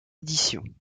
éditions